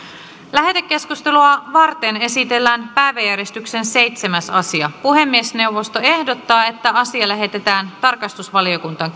lähetekeskustelua varten esitellään päiväjärjestyksen seitsemäs asia puhemiesneuvosto ehdottaa että asia lähetetään tarkastusvaliokuntaan